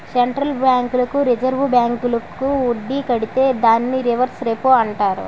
central బ్యాంకులకు reserve bank వడ్డీ కడితే దాన్ని రివర్స్ రెపో అంటారు